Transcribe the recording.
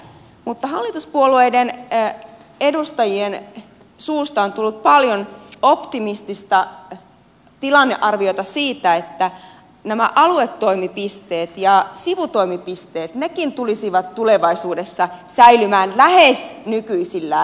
mutta hallituspuolueiden edustajien suusta on tullut paljon optimistista tilannearviota siitä että nämä aluetoimipisteet ja sivutoimipisteet tulisivat tulevaisuudessa säilymään lähes nykyisillään